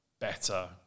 better